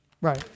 Right